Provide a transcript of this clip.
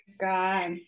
god